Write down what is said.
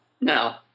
no